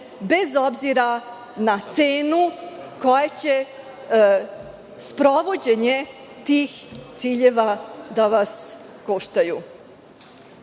bez obzira na cenu koja će sprovođenjem tih ciljeva da vas